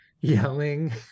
yelling